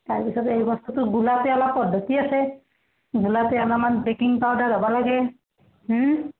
তাৰপিছতে এই বস্তুটো গুলোতে অলপ পদ্ধতি আছে গুলোতে অলপমান বেকিং পাউদাৰ হ'ব লাগে